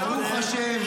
ברוך השם,